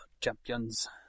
champions